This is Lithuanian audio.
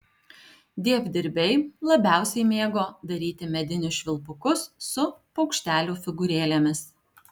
dievdirbiai labiausiai mėgo daryti medinius švilpukus su paukštelių figūrėlėmis